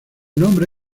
nombre